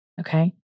okay